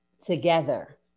together